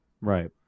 Right